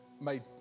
made